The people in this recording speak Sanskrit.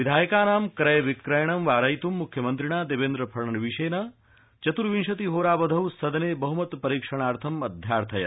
विधायकाना क्रय विक्रयण वारयित् मुख्यमन्त्रिणा देवेन्द्र फडनवीशेन चत्र्विंशति होरावधौ सदने बहुमतपरीक्षणार्थम् अध्यार्थयत्